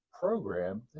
program